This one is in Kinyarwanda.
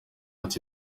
ati